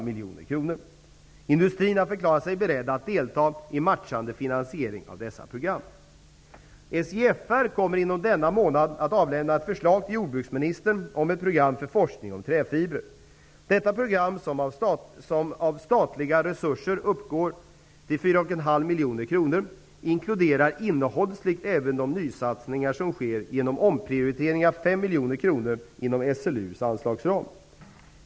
Industrin har förklarat sig beredd att delta i matchande finansiering av dessa program. SJFR kommer inom denna månad att avlämna ett förslag till jordbruksministern om ett program för forskning om träfibrer. Detta program, som av statliga resurser uppgår till 4,5 miljoner kronor, inkluderar innehållsligt även de nysatsningar som sker genom omprioritering av 5 miljoner kronor inom SLU:s anslagsram.